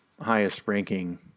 highest-ranking